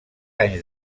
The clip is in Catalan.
anys